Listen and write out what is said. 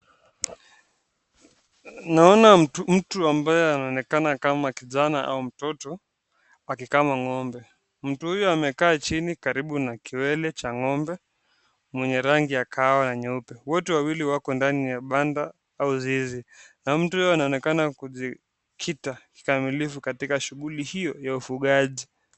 Naona mtu ambaye anaonekana kama kijana au mtoto akikama ng'ombe. Mtu huyu amekaa chini karibu na kiwele cha ng'ombe mwenye rangi ya kahawa ya nyeupe. Wote wawili wako ndani ya banda au zizi na mtu huyo anaonekana kujikita kikamilifu katika shughuli hiyo ya ufugaji.